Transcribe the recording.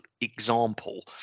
example